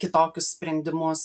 kitokius sprendimus